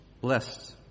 Blessed